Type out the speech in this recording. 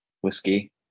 whiskey